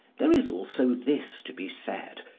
there is also this to be said.